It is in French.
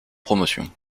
promotion